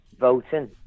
voting